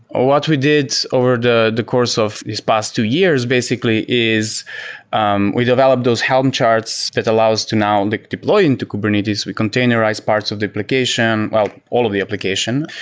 ah what we did over the the course of this past two years, basically, is um we develop those helm charts that allows to now and deploy into kubernetes. we containerized parts of the application. well, all of the application,